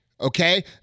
okay